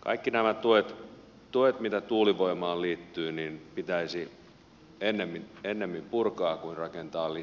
kaikki nämä tuet mitä tuulivoimaan liittyy pitäisi ennemmin purkaa kuin rakentaa